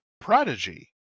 Prodigy